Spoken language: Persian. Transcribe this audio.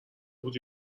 بود